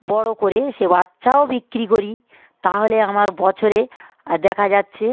বড়ো করে সে বাচ্চাও বিক্রি করি তাহলে আমার বছরে দেখা যাচ্ছে